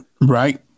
Right